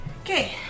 Okay